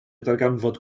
darganfod